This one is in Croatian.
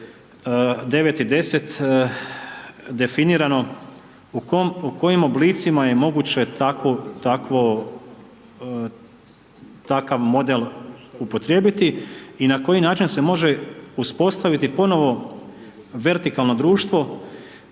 9 i 10 definirano u kojem oblicima je moguće takav model upotrijebiti i na koji način se može uspostaviti ponovo vertikalno društvo